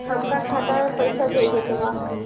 हमका खाता में पइसा भेजे के बा